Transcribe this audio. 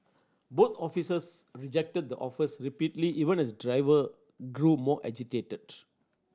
both officers rejected the offers repeatedly even as the driver grew more agitated